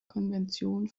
konvention